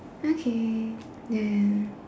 okay then